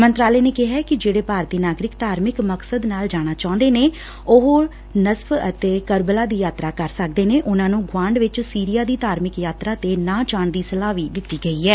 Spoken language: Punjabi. ਮੰਤਰਾਲੇ ਨੇ ਕਿਹੈ ਕਿ ਜਿਹੜੇ ਭਾਰਤੀ ਨਾਗਰਿਕ ਧਾਰਮਿਕ ਮਕੱਸਦ ਨਾਲ ਜਾਣਾ ਚਾਹੁੰਦੇ ਨੇ ਉਹ ਨਜ਼ਫ ਅਤੇ ਕਰਬੱਲਾ ਦੀ ਯਾਤਰਾ ਕਰ ਸਕਦੇ ਨੇ ਉਨੂਾਂ ਨੂੰ ਗੁਆਂਢ ਵਿਚ ਸੀਰੀਆ ਦੀ ਧਾਰਮਿਕ ਯਾਤਰਾ ਤੇ ਨਾ ਜਾਣ ਦੀ ਸਲਾਹ ਵੀ ਦਿੱਤੀ ਗਈ ਐ